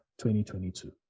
2022